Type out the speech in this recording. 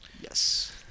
Yes